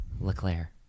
LeClaire